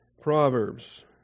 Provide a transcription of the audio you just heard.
Proverbs